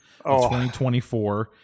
2024